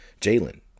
jalen